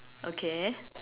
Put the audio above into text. okay